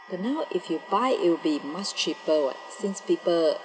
that means now if you buy it will be most cheaper [what] since people